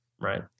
Right